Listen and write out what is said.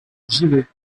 givet